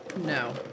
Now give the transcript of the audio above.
No